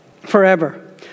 forever